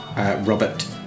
Robert